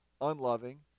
unloving